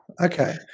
Okay